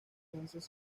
danzas